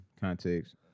context